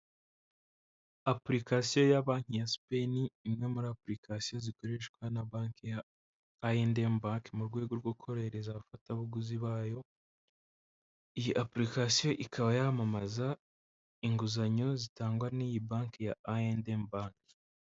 puikasiyo ya banki ya Spenn, imwe muri apilikasiyo zikoreshwa na banki ya I&M bank mu rwego rwo korohereza abafatabuguzi bayo, iyi apulikasiyo ikaba yamamaza inguzanyo zitangwa n'iyi banki ya I&M bank.